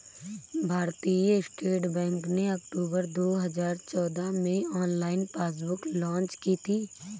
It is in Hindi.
भारतीय स्टेट बैंक ने अक्टूबर दो हजार चौदह में ऑनलाइन पासबुक लॉन्च की थी